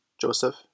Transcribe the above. Joseph